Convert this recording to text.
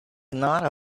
not